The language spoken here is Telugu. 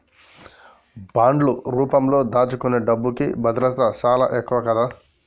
బాండ్లు రూపంలో దాచుకునే డబ్బుకి భద్రత చానా ఎక్కువ గదా